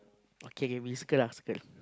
okay okay we circle ah circle